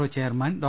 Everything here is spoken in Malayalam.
ഒ ് ചെയർമാൻ ഡോ